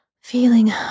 feeling